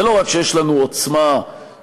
זה לא רק שיש לנו עוצמה טכנולוגית,